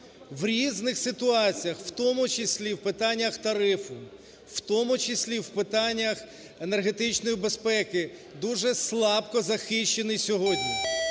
в різних ситуаціях, в тому числі в питаннях тарифу, в тому числі в питаннях енергетичної безпеки дуже слабко захищений сьогодні.